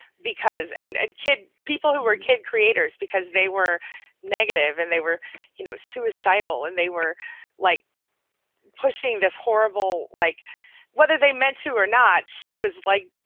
because and and kid. people who were kid creators because they were negative and they were you know suicidal and they were like pushing this horrible, like whether they meant to or not, she was like,